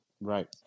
Right